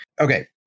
Okay